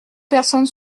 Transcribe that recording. personnes